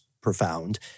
profound